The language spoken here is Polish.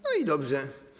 No i dobrze.